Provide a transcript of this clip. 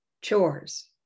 chores